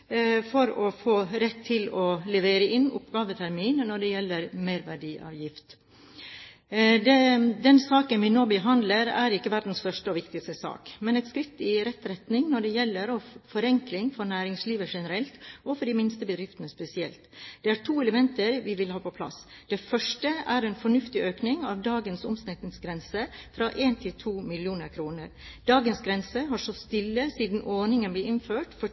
for å få rett til årlig oppgavetermin når det gjelder merverdiavgift. Den saken vi nå behandler, er ikke verdens største og viktigste sak, men et skritt i rett retning når det gjelder forenkling for næringslivet generelt og for de minste bedriftene spesielt. Det er to elementer vi vil ha på plass. Det første er en fornuftig økning av dagens omsetningsgrense, fra 1 mill. kr til 2 mill. kr. Dagens grense har stått stille siden ordningen ble innført for